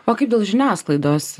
o kaip dėl žiniasklaidos